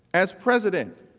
as president,